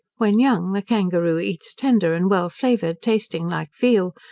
when young the kangaroo eats tender and well flavoured, tasting like veal,